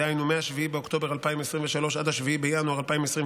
דהיינו מ-7 באוקטובר 2023 עד 7 בינואר 2024,